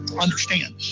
understand